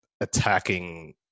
attacking